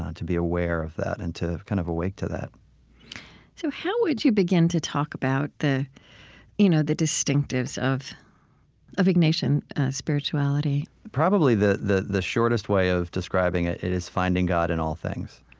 ah to be aware of that, and to kind of awake to that so how would you begin to talk about the you know the distinctives of of ignatian spirituality? probably the the shortest way of describing it it is finding god in all things